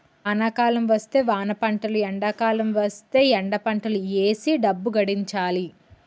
వానాకాలం వస్తే వానపంటలు ఎండాకాలం వస్తేయ్ ఎండపంటలు ఏసీ డబ్బు గడించాలి